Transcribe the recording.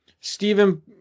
Stephen